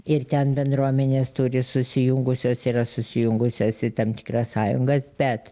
ir ten bendruomenės turi susijungusios yra susijungusios į tam tikras sąjungas bet